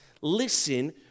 listen